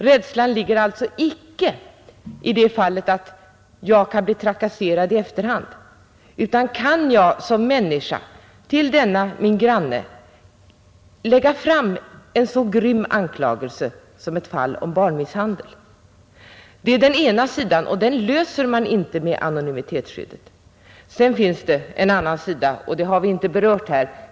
Rädslan beror alltså i det fallet icke på att jag kan bli trakasserad i efterhand, utan gäller om jag som människa skall lägga fram en så grym anklagelse mot min granne som en anmälan om barnmisshandel innebär. Det är ett problem som man inte löser med anonymitetsskyddet. Sedan finns det en annan sida, som vi inte har berört här.